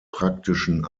praktischen